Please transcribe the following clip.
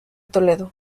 toledo